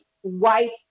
white